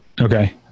Okay